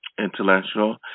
intellectual